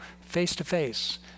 face-to-face